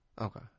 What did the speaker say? Okay